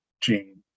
gene